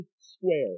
square